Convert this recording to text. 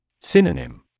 Synonym